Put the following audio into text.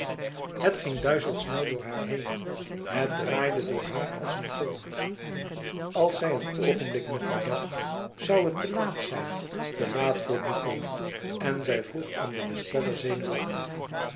het ging duizelsnel door haar heen het draaide door haar als een kolk als zij een oogenblik nog bedacht zoû het te laat zijn te laat voor duco en zij vroeg aan den besteller zenuwachtig